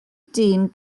dyn